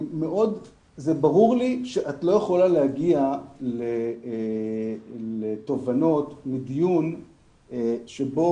ברור לי שאת לא יכולה להגיע לתובנות מדיון שבו